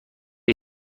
هیچ